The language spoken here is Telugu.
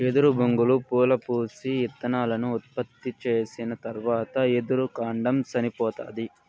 ఎదురు బొంగులు పూలు పూసి, ఇత్తనాలను ఉత్పత్తి చేసిన తరవాత ఎదురు కాండం సనిపోతాది